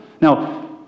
Now